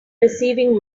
receiving